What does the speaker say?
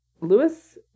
Lewis